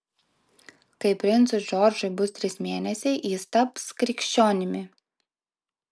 kai princui džordžui bus trys mėnesiai jis taps krikščionimi